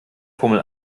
formel